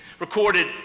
Recorded